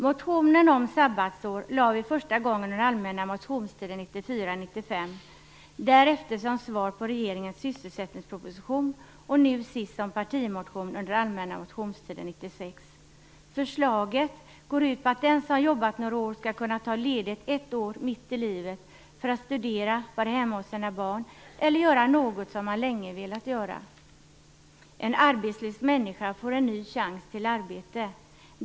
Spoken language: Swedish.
Motionen om sabbatsår lade vi fram första gången under allmänna motionstiden 1994/95, därefter som svar på regeringens sysselsättningsproposition, och nu sist som partimotion under allmänna motionstiden 96. Förslaget går ut på att den som jobbat några år skall kunna ta ledigt ett år mitt i livet för att studera, vara hemma hos sina barn eller göra något som man länge velat göra. En arbetslös människa får en ny chans till arbete.